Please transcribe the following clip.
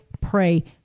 pray